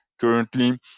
Currently